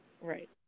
Right